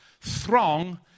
throng